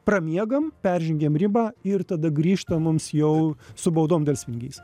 pramiegam peržengėm ribą ir tada grįžta mums jau su baudom delspinigiais